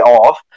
off